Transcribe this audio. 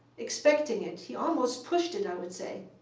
expecting it. he almost pushed it, i would say.